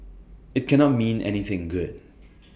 IT cannot mean anything good